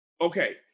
okay